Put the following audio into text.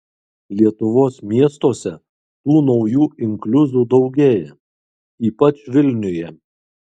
lietuvos miestuose tų naujų inkliuzų daugėja ypač vilniuje